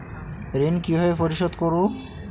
ঋণ কিভাবে পরিশোধ করব?